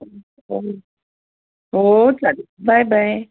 हो चालेल bye bye